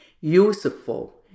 useful